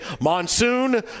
Monsoon